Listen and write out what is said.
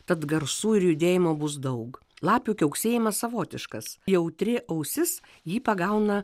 tad garsų ir judėjimo bus daug lapių kiauksėjimas savotiškas jautri ausis jį pagauna